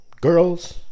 girls